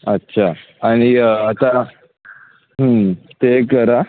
अच्छा आणि आता ते करा